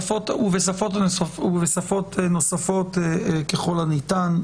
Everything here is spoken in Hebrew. ובשפות נוספות ככל הניתן.